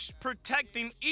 protecting